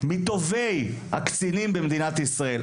מטובי הקצינים במדינת ישראל,